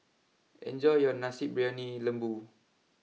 enjoy your Nasi Briyani Lembu